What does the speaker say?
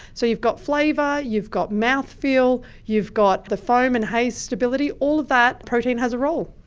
so you've got flavour, you've got mouthfeel, you've got the foam and haze stability, all of that, protein has a role.